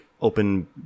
open